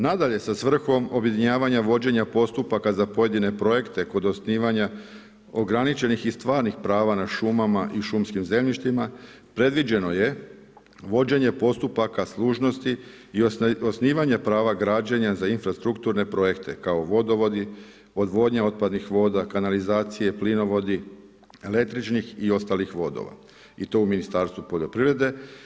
Nadalje, sa svrhom objedinjavanja, vođenja postupaka za pojedine projekte kod osnivanja ograničenih i stvarnih prava nad šumama i šumskim zemljištima predviđeno je vođenje postupaka služnosti i osnivanja prava građenja za infrastrukturne projekte kao vodovodi, odvodnja otpadnih voda, kanalizacije, plinovodi, električnih i ostalih vodova i to u Ministarstvu poljoprivrede.